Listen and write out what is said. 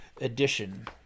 edition